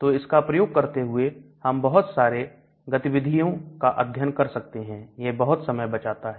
तो इसका प्रयोग करते हुए हम बहुत सारे गतिविधि अध्ययन कर सकते हैं यह बहुत समय बचाता है